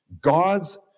God's